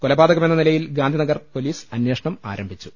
കൊലപാതകമെന്ന നിലയിൽ ഗാന്ധിനഗർ പൊലീസ് അന്വേഷണം ആരംഭിച്ചു